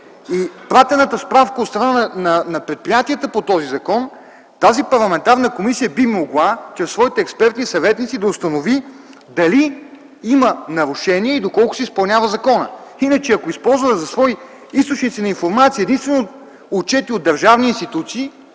изпратената справка от страна на предприятията по този закон, тази парламентарна комисия би могла чрез своите експерти и съветници да установи дали има нарушения и доколко се изпълнява законът. Иначе ако използваме за свои източници на информация единствено отчети от държавни институции,